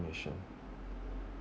nation